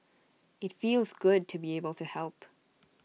IT feels good to be able to help